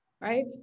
right